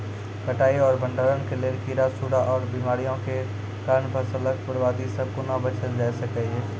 कटाई आर भंडारण के लेल कीड़ा, सूड़ा आर बीमारियों के कारण फसलक बर्बादी सॅ कूना बचेल जाय सकै ये?